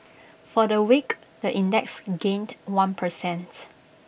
for the week the index gained one per cent